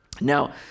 now